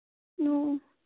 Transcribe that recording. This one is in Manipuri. ꯑꯣ ꯑꯣ